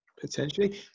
Potentially